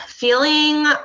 feeling